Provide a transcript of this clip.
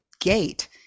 gate